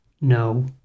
No